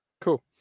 cool